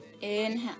Inhale